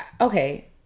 Okay